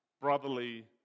brotherly